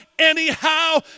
Anyhow